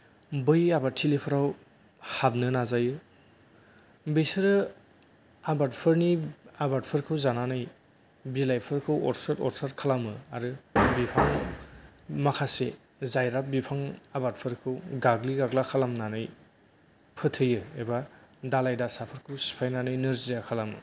बै आबादथिलिफोराव हाबनो नाजायो बिसोरो आबादफोरखौ जानानै बिलाइफोरखौ अरस' अरस' खालामो आरो बिफां माखासे जायरा बिफां आबादफोरखौ गाग्लि गाग्ला खालामनानै फोथैयो एबा दालाय दासाफोरखौ सिफायनानै नोरजिया खालामो